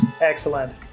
Excellent